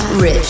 Rich